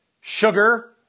sugar